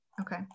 Okay